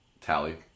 Tally